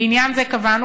בעניין זה קבענו,